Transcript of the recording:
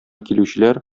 килүчеләр